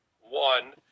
one